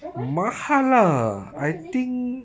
berapa ah berapa seh